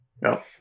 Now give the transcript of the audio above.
No